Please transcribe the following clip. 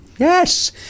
Yes